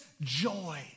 joy